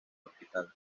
hospital